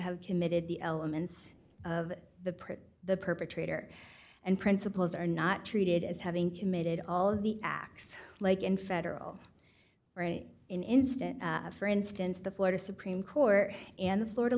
have committed the elements of the print the perpetrator and principals are not treated as having committed all of the acts like in federal right in instant for instance the florida supreme court in the flo